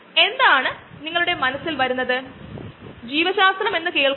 അതോടൊപ്പം ഈ bio oil നമുക്ക് ബയോ ഡീസൽ ഉണ്ടാക്കാൻ ഉപയോഗിക്കാം